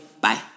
Bye